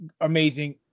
amazing